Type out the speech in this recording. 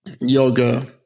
yoga